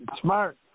smart